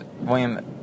William